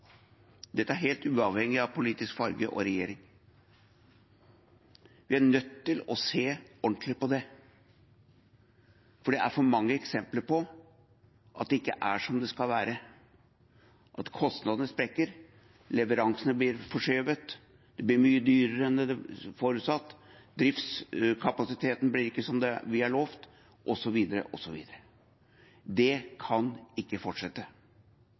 Dette er helt uavhengig av politisk farge og regjering. Vi er nødt til å se ordentlig på det, for det er for mange eksempler på at det ikke er som det skal være – at kostnadsrammene sprekker, leveransene blir forskjøvet og det blir dyrere enn forutsatt, driftskapasiteten blir ikke som vi er lovet osv., osv. Det kan ikke fortsette.